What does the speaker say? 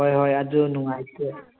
ꯍꯣꯏ ꯍꯣꯏ ꯑꯗꯨ ꯅꯨꯡꯉꯥꯏꯇꯦ